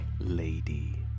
lady